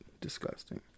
disgusting